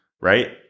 right